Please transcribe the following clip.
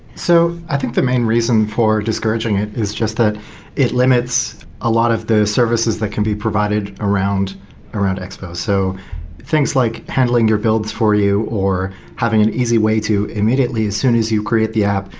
so i think the main reason for discouraging it is just that it limits a lot of the services that can be provided around around expo. so things like handling your builds for you or having an easy way to, immediately, as soon as you create the app,